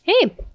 Hey